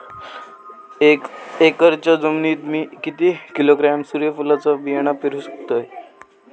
एक एकरच्या जमिनीत मी किती किलोग्रॅम सूर्यफुलचा बियाणा पेरु शकतय?